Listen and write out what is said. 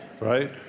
Right